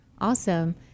Awesome